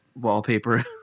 wallpaper